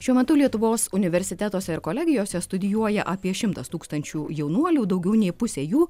šiuo metu lietuvos universitetuose ir kolegijose studijuoja apie šimtą tūkstančių jaunuolių daugiau nei pusė jų